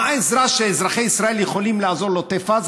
מה העזרה שאזרחי ישראל יכולים לעזור לעוטף עזה?